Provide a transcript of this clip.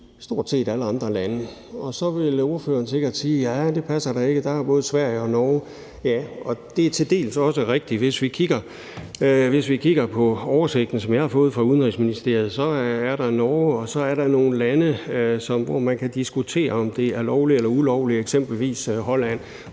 stort set alle andre lande. Så vil ordføreren sikkert sige: Ja, det passer da ikke, for der er både Sverige og Norge. Ja, og det er til dels også rigtigt. Hvis vi kigger på oversigten, som jeg har fået fra Udenrigsministeriet, så er der Norge, og så er der nogle lande, hvor man kan diskutere, om det er lovligt eller ulovligt, eksempelvis Holland,